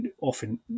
often